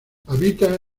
habita